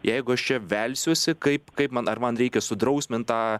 jeigu aš čia velsiuosi kaip kaip man ar man reikia sudrausmint tą